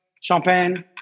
champagne